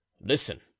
Listen